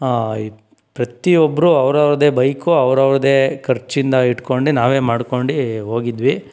ಈ ಪ್ರತಿ ಒಬ್ಬರೂ ಅವರು ಅವ್ರದ್ದೇ ಬೈಕು ಅವರ ಅವ್ರದ್ದೇ ಖರ್ಚಿಂದ ಇಟ್ಕೊಂಡು ನಾವೇ ಮಾಡ್ಕೊಂಡು ಹೋಗಿದ್ವಿ